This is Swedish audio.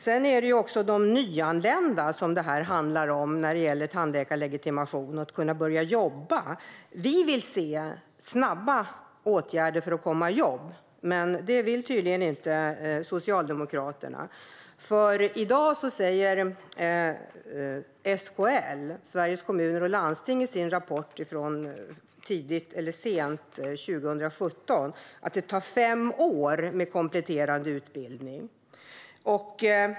Det här handlar också om de nyanlända när det gäller tandläkarlegitimation och att kunna börja jobba. Vi vill se snabba åtgärder för att komma i jobb, men det vill tydligen inte Socialdemokraterna. SKL, Sveriges Kommuner och Landsting, säger i sin rapport från slutet av 2017 att det tar fem år att komma i jobb med kompletterande utbildning.